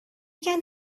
can